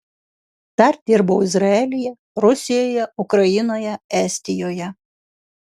dar dirbau izraelyje rusijoje ukrainoje estijoje